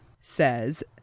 says